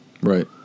Right